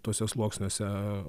tuose sluoksniuose